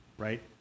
right